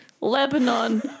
Lebanon